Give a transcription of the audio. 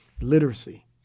literacy